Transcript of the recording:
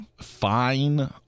fine